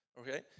okay